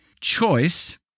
choice